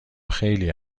خیلی